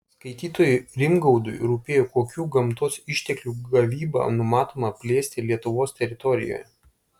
skaitytojui rimgaudui rūpėjo kokių gamtos išteklių gavybą numatoma plėsti lietuvos teritorijoje